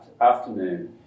afternoon